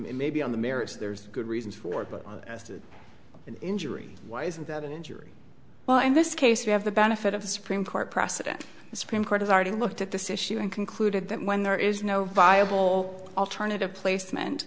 maybe on the merits there's good reasons for it but as to injury why isn't that an injury well in this case you have the benefit of the supreme court precedent the supreme court has already looked at this issue and concluded that when there is no viable alternative placement